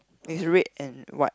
is red and white